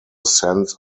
sense